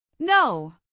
No